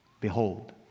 Behold